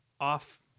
off